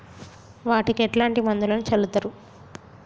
వాటికి ఎట్లాంటి మందులను చల్లుతరు?